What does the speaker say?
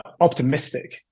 optimistic